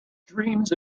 dreams